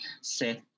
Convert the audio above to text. set